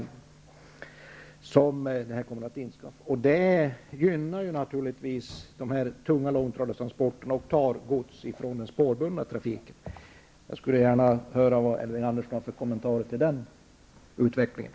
Det högre boggietrycket gynnar naturligtvis de tunga långtradartransporterna, som kommer att ta gods från den spårbundna trafiken. Jag skulle gärna vilja höra vad Elving Andersson har för kommentar till den utvecklingen.